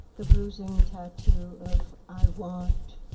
the bruising tattoo of i want.